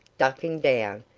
ducking down,